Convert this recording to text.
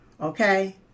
Okay